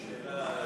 שאלה.